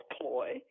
ploy